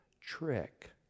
trick